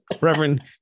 reverend